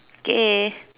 k